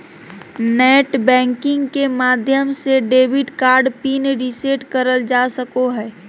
net banking के माध्यम से डेबिट कार्ड पिन रीसेट करल जा सको हय